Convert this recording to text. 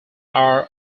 are